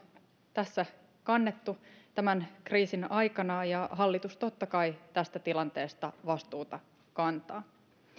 tässä kannettu tämän kriisin aikana ja hallitus totta kai tästä tilanteesta vastuuta kantaa